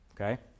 Okay